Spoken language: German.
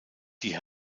die